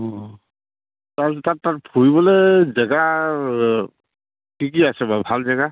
অঁ তাৰপিছত তাত তাত ফুৰিবলে জেগা কি কি আছে বাৰু ভাল জেগা